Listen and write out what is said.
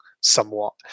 somewhat